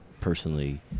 personally